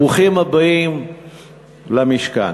בלי מחיאות כפיים.